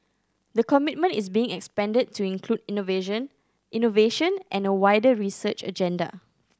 the commitment is being expanded to include innovation and a wider research agenda